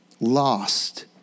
Lost